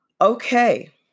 Okay